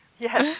Yes